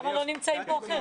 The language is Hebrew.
למה לא נמצאים פה אחרים?